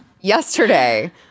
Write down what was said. Yesterday